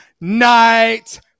Night